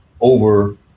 over